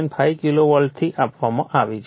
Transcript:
5 કિલોવોલ્ટથી આપવામાં આવે છે